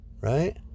right